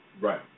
right